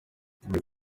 muri